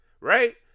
right